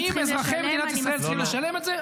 האם אזרחי ישראל צריכים לשלם את זה?